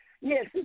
Yes